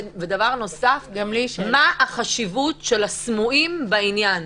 ודבר נוסף, מה החשיבות של הסמויים בעניין?